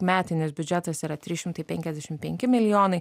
metinis biudžetas yra trys šimtai penkiasdešim penki milijonai